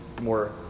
more